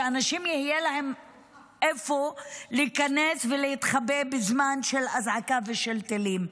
שלאנשים יהיה איפה להיכנס ולהתחבא בזמן אזעקה וטילים.